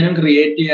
create